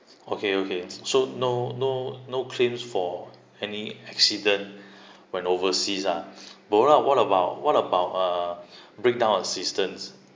okay okay so no no no claims for any accident when overseas ah what a~ what about what about uh breakdown assistance